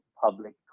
public